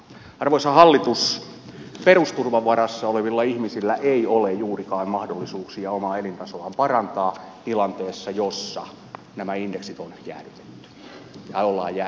arvoisa hallitus perusturvan varassa olevilla ihmisillä ei ole juurikaan mahdollisuuksia omaa elintasoaan parantaa tilanteessa jossa nämä indeksit on jäädytetty tai niitä ollaan jäädyttämässä